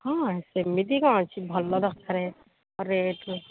ହଁ ସେମିତି କ'ଣ ଅଛି ଭଲ ଦରକାର ରେଟ୍